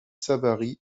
savary